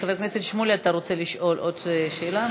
חבר הכנסת שמולי, אתה רוצה לשאול עוד שאלה?